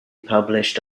published